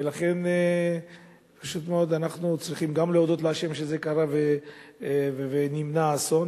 ולכן פשוט מאוד אנחנו צריכים גם להודות לה' שזה קרה ונמנע האסון,